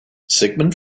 sigmund